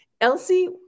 Elsie